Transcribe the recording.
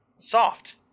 Soft